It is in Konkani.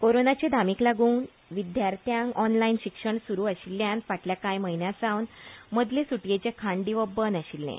कोरोनाचे धामीक लागून विद्याथ्यांक ऑनलायन शिक्षण सुरू आशिल्ल्यान फाटल्या कांय म्हयन्यां सावन मदले सुटयेचें खाण दिवप बंद आशिल्लें